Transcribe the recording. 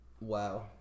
Wow